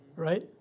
Right